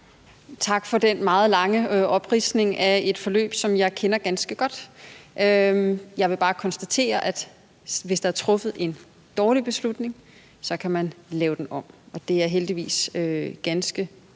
Tak for den meget lange opridsning af et forløb, som jeg kender ganske godt. Jeg vil bare konstatere, at hvis der er truffet en dårlig beslutning, kan man lave den om, og det er heldigvis ganske